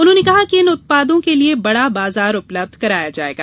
उन्होंने कहा कि इन उत्पादों के लिए बड़ा बाजार उपलब्ध कराया जायेगा